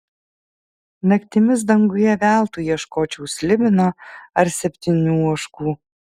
naktimis danguje veltui ieškočiau slibino ar septynių ožkų